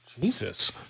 Jesus